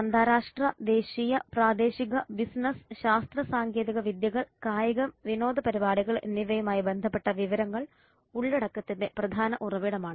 അന്താരാഷ്ട്ര ദേശീയ പ്രാദേശിക ബിസിനസ്സ് ശാസ്ത്ര സാങ്കേതികവിദ്യകൾ കായികം വിനോദ പരിപാടികൾ എന്നിവയുമായി ബന്ധപ്പെട്ട വിവരങ്ങൾ ഉള്ളടക്കത്തിന്റെ പ്രധാന ഉറവിടമാണ്